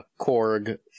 Korg